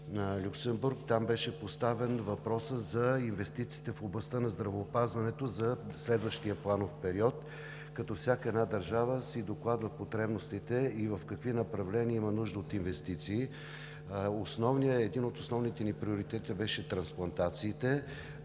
в Люксембург – там беше поставен въпросът за инвестициите в областта на здравеопазването за следващия планов период, като всяка една държава си докладва потребностите и в какви направления има нужда от инвестиции. Един от основните ни приоритети беше трансплантациите